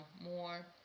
more